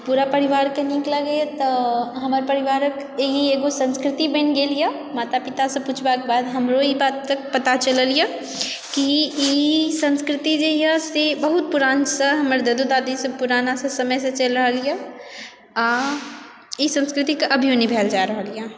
पूरा परिवारके नीक लागैए तऽ हमर परिवारके ई एगो संस्कृति बनि गेल यऽ माता पितासँ पुछलाके बाद हमरो ई बातके पता चलल यऽ कि ई संस्कृति जे यऽ से बहुत पुरानसँ हमर दादो दादीसँ पुराना समयसँ चलि रहल यऽ आओर ई संस्कृतिके एखनो निभाएल जा रहल यऽ